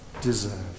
deserve